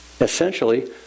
essentially